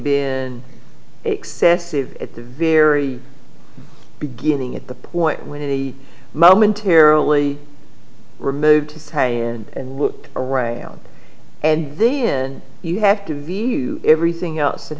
been excessive at the very beginning at the point when he momentarily removed to stay in and looked around and then you have to view everything else that